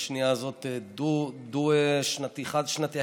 בשנייה הזאת דו-שנתי או חד-שנתי,